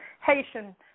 Haitian